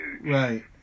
Right